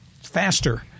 faster